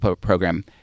program